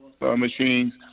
machines